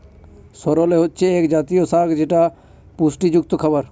সরেল হচ্ছে এক জাতীয় শাক যেটা পুষ্টিযুক্ত খাবার